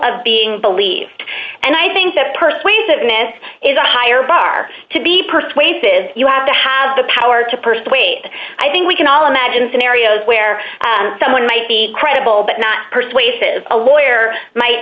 of being believed and i think that person that myth is a higher bar to be persuasive you have to have the power to persuade i think we can all imagine scenarios where someone might be credible but not persuasive a lawyer might